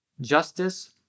justice